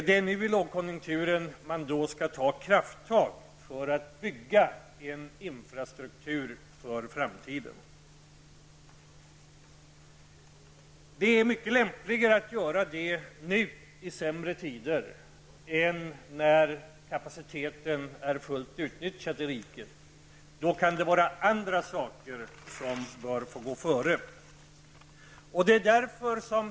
Det är nu, i lågkonjunkturen, som man skall ta krafttag för att bygga en infrastruktur för framtiden. Det är mycket lämpligare att göra det nu i sämre tider än när kapaciteten i riket är fullt utnyttjad. Då kan det vara andra saker som bör gå före.